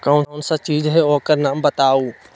कौन सा चीज है ओकर नाम बताऊ?